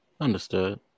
Understood